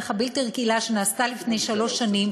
הבלתי-רגילה שנעשתה לפני שלוש שנים,